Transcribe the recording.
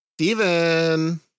Steven